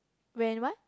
when what